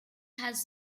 has